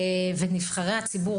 וגם נבחרי הציבור,